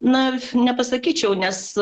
na nepasakyčiau nes